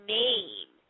name